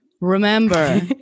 remember